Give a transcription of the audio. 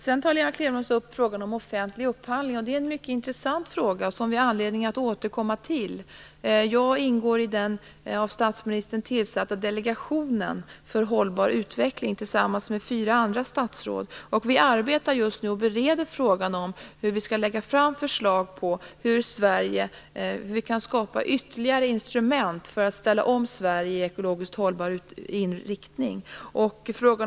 Lena Klevenås tog också upp frågan om offentlig upphandling. Det är en mycket intressant fråga som vi har anledning att återkomma till. Tillsammans med fyra andra statsråd ingår jag i den av statsministern tillsatta delegationen för hållbar utveckling. Vi arbetar just nu och bereder frågan om hur vi skall lägga fram förslag till hur vi kan skapa ytterligare instrument för att ställa om Sverige i en ekologiskt hållbar riktning.